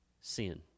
Sin